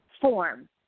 form